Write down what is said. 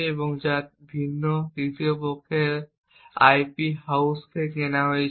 বা একটি ভিন্ন তৃতীয় পক্ষের আইপি হাউস থেকে কেনা হয়েছে